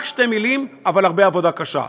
רק שתי מילים, אבל הרבה עבודה קשה.